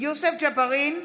יוסף ג'בארין,